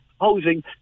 housing